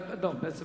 בסדר-היום של